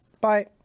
bye